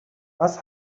was